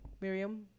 Miriam